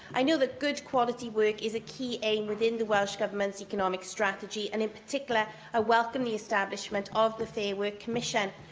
i know that good-quality work is a key aim within the welsh government's economic strategy, and in particular i ah welcome the establishment of the fair work commission.